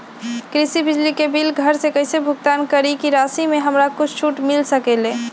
कृषि बिजली के बिल घर से कईसे भुगतान करी की राशि मे हमरा कुछ छूट मिल सकेले?